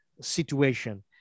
situation